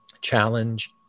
challenge